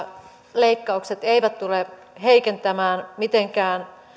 leikkaukset eivät tule heikentämään mitenkään